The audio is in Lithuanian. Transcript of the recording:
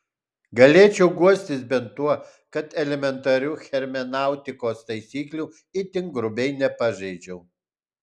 galėčiau guostis bent tuo kad elementarių hermeneutikos taisyklių itin grubiai nepažeidžiau